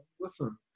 listen